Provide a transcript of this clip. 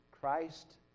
Christ